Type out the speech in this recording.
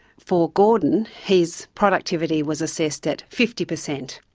for gordon, his productivity was assessed at fifty percent,